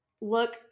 look